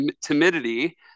timidity